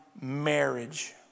marriage